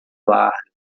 larga